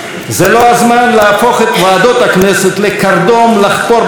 זה לא הזמן להפוך את ועדות הכנסת לקרדום לחפור בהן,